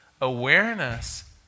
awareness